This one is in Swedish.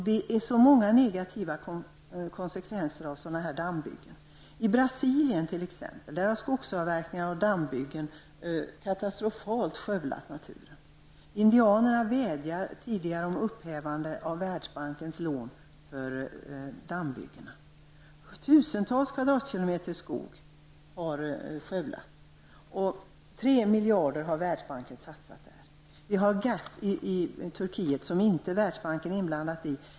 Det blir så många negativa konsekvenser av sådana dammbyggen. I t.ex. Brasilien har skogsavverkningar och dammbyggen katastrofalt skövlat naturen. Indianer vädjar om upphävande av tidigare givna lån från Världsbanken för dammbyggena. Tusentals kvadratkilometer skog har skövlats. Världsbanken har satsat 3 miljarder där. Vidare finns GAP i Turkiet. Världsbanken är inte inblandad där.